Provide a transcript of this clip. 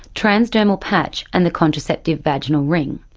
transdermal patch and the contraceptive vaginal ring.